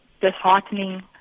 disheartening